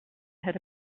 had